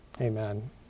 Amen